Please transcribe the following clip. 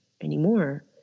anymore